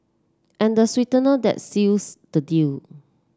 and the sweetener that seals the deal